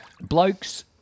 Blokes